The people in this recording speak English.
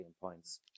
points